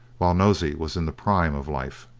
while nosey was in the prime of life.